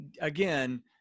Again